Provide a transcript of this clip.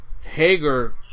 Hager